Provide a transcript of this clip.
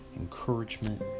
encouragement